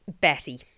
Betty